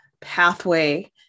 pathway